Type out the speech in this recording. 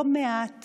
לא מעט